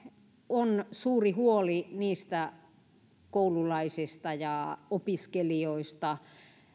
on suuri huoli niistä koululaisista ja opiskelijoista